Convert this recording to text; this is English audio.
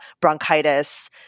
bronchitis